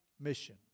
mission